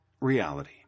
reality